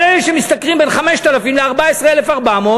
אבל אלה שמשתכרים בין 5,000 ל-14,400,